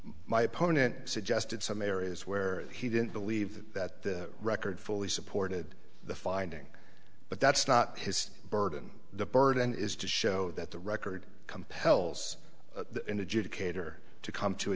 my opponent suggested some areas where he didn't believe that the record fully supported the finding but that's not his burden the burden is to show that the record compels an adjudicator to come to a